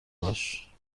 باش